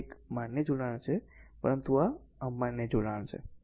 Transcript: તેથી આ એક માન્ય જોડાણ છે પરંતુ આ અમાન્ય જોડાણ છે